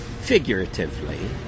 figuratively